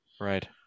Right